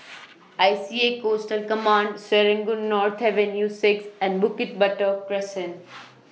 I C A Coastal Command Serangoon North Avenue six and Bukit Batok Crescent